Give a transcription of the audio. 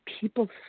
people